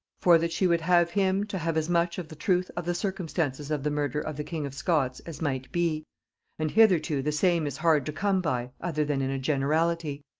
for that she would have him to have as much of the truth of the circumstances of the murder of the king of scots as might be and hitherto the same is hard to come by, other than in a generality.